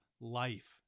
life